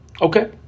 Okay